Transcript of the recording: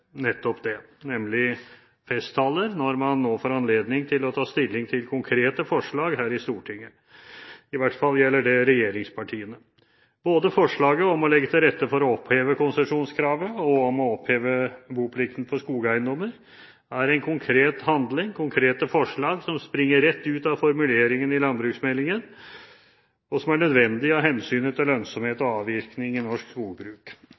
nettopp det – nemlig festtaler – når man nå får anledning til å ta stilling til konkrete forslag her i Stortinget. I hvert fall gjelder det regjeringspartiene. Både forslaget om å legge til rette for å oppheve konsesjonskravene og å oppheve boplikten for skogeiendommer er en konkret handling, konkrete forslag som springer rett ut av formuleringen i landbruksmeldingen, og som er nødvendig av hensynet til lønnsomhet og avvirkning i norsk skogbruk.